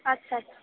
আচ্ছা আচ্ছা